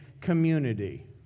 community